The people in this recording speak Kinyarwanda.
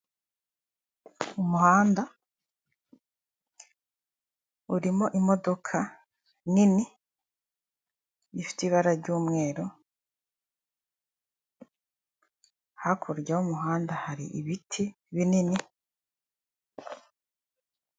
Agapapuro k'ibara ry'umuhondo kandikishijwemo amabara y'umuhondo ndetse n'umukara, kerekana uburyo bwo kwishyura amafaranga uyanyujije kuri Emutiyene mu momopeyi, bifasha umucuruzi cyangwa se umukiriya kugira ngo abashe gukorana ubucuruzi.